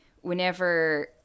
whenever